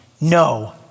no